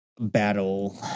Battle